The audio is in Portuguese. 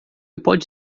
pode